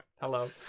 hello